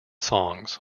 songs